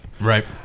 Right